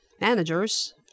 managers